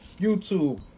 YouTube